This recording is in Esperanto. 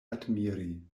admiri